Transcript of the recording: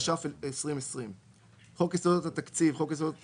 התש"ף 2020‏; "חוק יסודות התקציב" חוק יסודות התקציב,